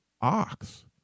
ox